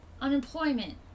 unemployment